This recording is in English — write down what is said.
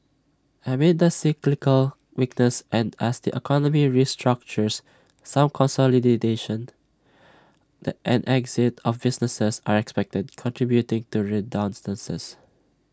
amid the cyclical weakness and as the economy restructures some the and exit of businesses are expected contributing to redundancies